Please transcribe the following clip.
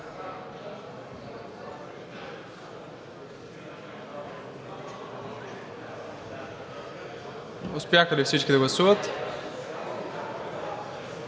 Успяха ли всички да гласуват?